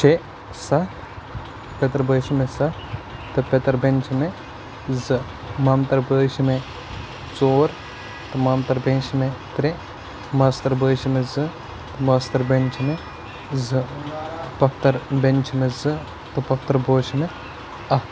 شےٚ سَتھ پیتٕر بٲے چھِ مےٚ سَتھ تہٕ پیتٕر بؠنہِ چھِ مےٚ زٕ مامتٕرۍ بٲے چھِ مےٚ ژور تہٕ مامتٕر بؠنہِ چھِ مےٚ ترٛےٚ ماستٕر بٲے چھِ مےٚ زٕ ماستٕر بؠنہِ چھِ مےٚ زٕ پۅپھتٕر بؠنہِ چھِ مےٚ زٕ تہٕ پوپھتٕر بوے چھُ مےٚ اَکھ